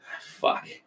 Fuck